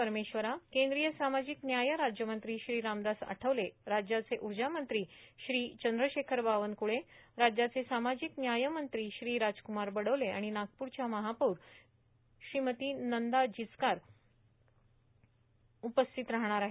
परमेश्वरा केंद्रीय सामाजिक व्याय राज्यमंत्री श्री रामदास आठवले राज्याचे ऊर्जामंत्री श्री चंद्रशेखर बावनक्ळे राज्याचे सामाजिक व्यायमंत्री श्री राजक्रमार बडोले आणि नागपूरच्या महापौर श्रीमती नंदा जिचकार उपस्थित राहणार आहेत